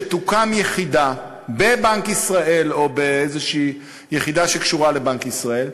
שתוקם יחידה בבנק ישראל או באיזו יחידה שקשורה לבנק ישראל,